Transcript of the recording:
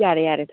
ꯌꯥꯔꯦ ꯌꯥꯔꯦ